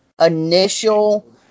initial